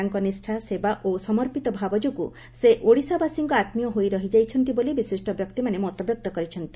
ତାଙ୍କ ନିଷା ସେବା ଓ ସମର୍ପିତ ଭାବ ଯୋଗୁଁ ସେ ଓଡ଼ିଶାବାସୀଙ୍କ ଆମ୍ୀୟ ହୋଇ ରହିଯାଇଛନ୍ତି ବୋଲି ବିଶିଷ୍ ବ୍ୟକ୍ତିମାନେ ମତବ୍ୟକ୍ତ କରିଛନ୍ତି